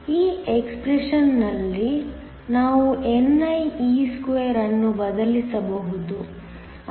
ಈ ಎಕ್ಸ್ಪ್ರೆಶನ್ಯಲ್ಲಿ ನಾವುnie2 ಅನ್ನು ಬದಲಿಸಬಹುದು